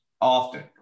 often